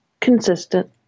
consistent